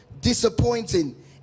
disappointing